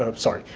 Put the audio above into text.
um sorry,